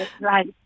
Right